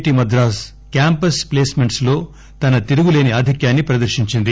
T Madras campus placements లో తన తిరుగులేని ఆధిక్యాన్ని ప్రదర్శించింది